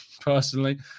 personally